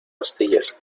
pastillas